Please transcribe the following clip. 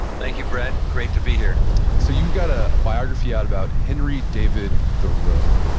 thank you brett, great to be here so you gotta a biography out about henry david thoreau.